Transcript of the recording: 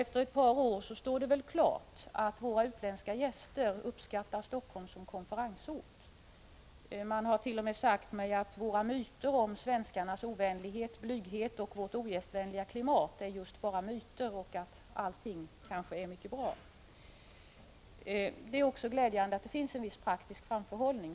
Efter ett par år står det klart att våra utländska gäster uppskattar Helsingfors som konferensort. Man har t.o.m. sagt mig att myterna om svenskarnas ovänlighet och blygsamhet och vårt ogästvänliga klimat är just bara myter och att allting är mycket bra. Det är glädjande att det inom regeringskansliet finns en viss praktisk framförhållning.